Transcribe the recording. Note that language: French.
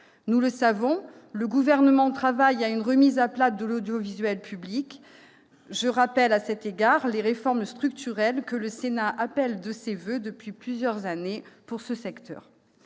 Nous le savons, le Gouvernement travaille à une remise à plat de l'audiovisuel public. Je rappelle, à cet égard, les réformes structurelles que le Sénat appelle de ses voeux depuis plusieurs années pour ce secteur.